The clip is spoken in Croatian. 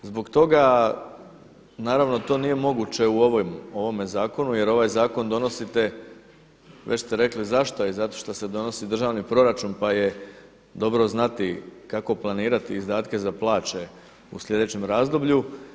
Zbog toga, naravno to nije moguće u ovome zakonu jer ovaj zakon donosite, već ste rekli zašto i zato što se donosi državni proračun pa je dobro znati kako planirati izdatke za plaće u sljedećem razdoblju.